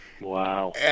Wow